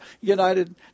United